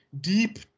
deep